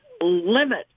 limit